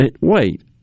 Wait